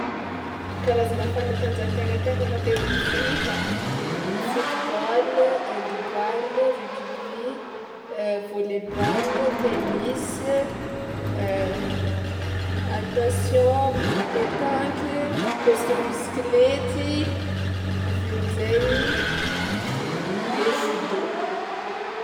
Karazagna fanatanjahantegna tena matetika fohita: football, handball, rugby, volleyball, tennis, natation, boule petanky, course bisiklety, avy am'zay de judo.